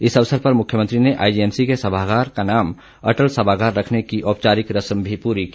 इस अवसर पर मुख्यमंत्री ने आईजीएमसी के सभागार का नाम अटल सभागार रखने की औपचारिक रस्म पूरी की